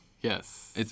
Yes